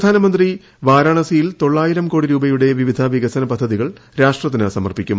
പ്രധാനമന്ത്രി വാരാണസിയിൽ തൊള്ളായിരം കോടി രൂപയുടെ വിവിധ വികസന പദ്ധതികൾ രാഷ്ട്രത്തിന് സമർപ്പിക്കും